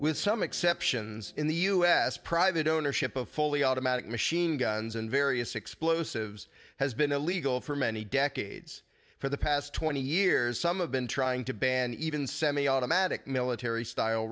with some exceptions in the us private ownership of fully automatic machine guns and various explosives has been illegal for many decades for the past twenty years some of been trying to ban even semiautomatic military style